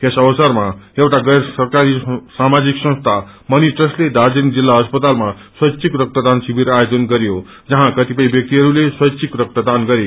यस अवसरमा एउटा गैर सरकारी साामाजिक संस्था मणि ट्रष्टले दार्जीलिङ जिल्ल अस्पातालमा स्वेच्छिक रक्तदान शिविर आयोजन गरयो जहाँ कतिपय व्याक्तिहरूले स्वेच्छिक रक्त दान गरे